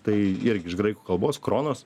tai irgi iš graikų kalbos kronos